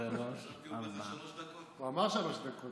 הוא אמר שלוש דקות.